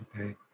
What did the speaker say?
Okay